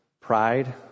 Pride